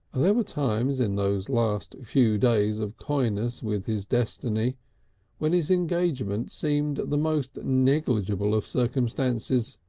and there were times in those last few days of coyness with his destiny when his engagement seemed the most negligible of circumstances,